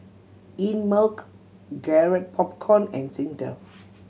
Einmilk Garrett Popcorn and Singtel